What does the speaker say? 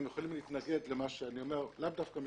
הם יכולים להתנגד למה שאני אומר - אז